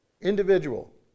individual